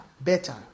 better